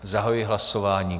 Zahajuji hlasování.